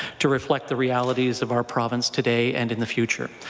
to reflect the realities of our province today and in the future.